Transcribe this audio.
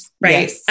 right